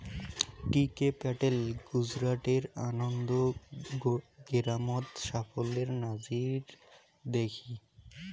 টি K Patel গুজরাটের আনন্দ গেরামত সাফল্যের নজির দ্যাখি